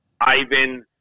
Ivan